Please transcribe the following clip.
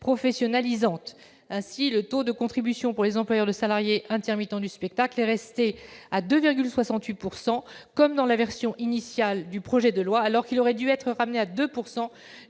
professionnalisantes. Ainsi, le taux de contribution pour les employeurs de salariés intermittents du spectacle est resté à 2,68 %, comme dans la version initiale du projet de loi, alors qu'il aurait dû être abaissé à 2